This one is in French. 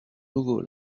nouveau